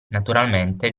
naturalmente